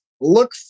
look